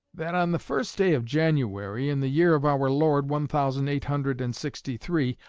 that on the first day of january, in the year of our lord one thousand eight hundred and sixty-three,